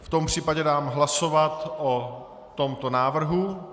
V tom případě dám hlasovat o tomto návrhu.